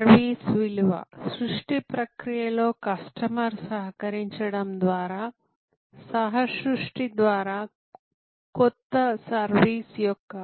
service విలువ సృష్టి ప్రక్రియలో కస్టమర్ సహకరించడం ద్వారా సహ సృష్టి ద్వారా కొత్త సర్వీస్ యొక్క